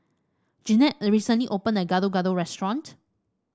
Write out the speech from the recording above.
Jeanette recently opened a new Gado Gado restaurant